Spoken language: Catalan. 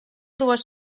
dues